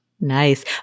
Nice